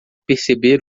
perceber